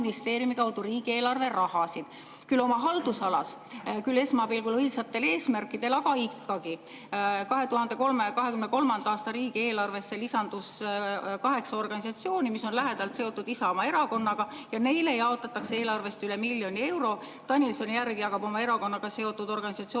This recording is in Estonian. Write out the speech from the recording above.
kaudu riigieelarve raha, küll oma haldusalas, küll esmapilgul õilsatel eesmärkidel, aga ikkagi. 2023. aasta riigieelarvesse lisandus kaheksa organisatsiooni, mis on lähedalt seotud Isamaa Erakonnaga, ja neile jaotatakse eelarvest üle miljoni euro. Danilson-Järg jagab oma erakonnaga seotud organisatsioonidele